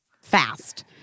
fast